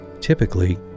Typically